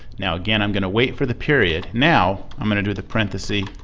now again i'm going to wait for the period. now i'm going to to the parentheses,